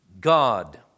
God